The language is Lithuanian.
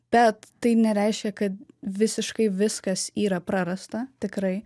bet tai nereiškia kad visiškai viskas yra prarasta tikrai